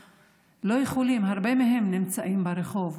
שהרבה מהם נמצאים ברחוב.